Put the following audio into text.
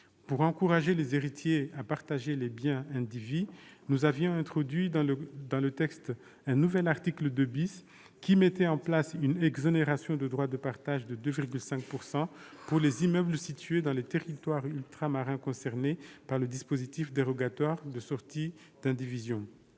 Pour encourager les héritiers à partager les biens indivis, nous avions introduit dans le texte un nouvel article 2 , qui instituait une exonération de droit de partage de 2,5 % pour les immeubles situés dans les territoires ultramarins concernés par le dispositif dérogatoire de sortie d'indivision.